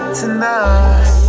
tonight